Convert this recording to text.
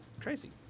crazy